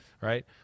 right